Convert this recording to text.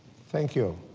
thank you.